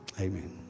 Amen